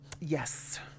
Yes